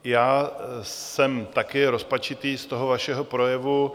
Já jsem taky rozpačitý z toho vašeho projevu.